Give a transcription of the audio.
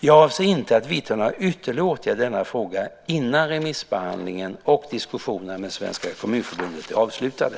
Jag avser inte att vidta några ytterligare åtgärder i denna fråga innan remissbehandlingen och diskussionerna med Svenska Kommunförbundet är avslutade.